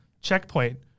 checkpoint